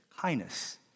kindness